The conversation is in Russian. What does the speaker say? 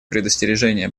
предостережения